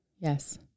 Yes